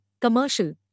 commercial